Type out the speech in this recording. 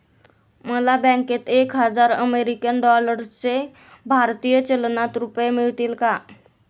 मला बँकेत एक हजार अमेरीकन डॉलर्सचे भारतीय चलनात रुपये मिळतील का?